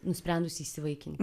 nusprendusi įsivaikinti